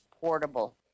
portable